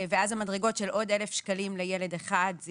ואז המדרגות של עוד אלף שקלים לילד אחד זה